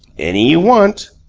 any you want.